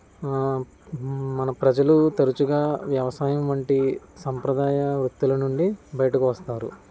మన ప్రజలు తరచుగా వ్యవసాయం వంటి సాంప్రదాయ వృత్తుల నుండి బయటకు వస్తారు